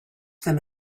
them